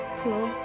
cool